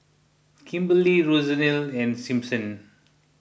Kimberlee Rosalyn and Simpson